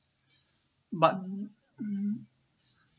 but um